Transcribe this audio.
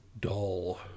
dull